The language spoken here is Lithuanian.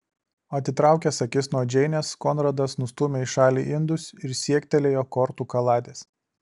atitraukęs akis nuo džeinės konradas nustūmė į šalį indus ir siektelėjo kortų kaladės